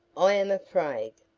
i am afraid.